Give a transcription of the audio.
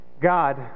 God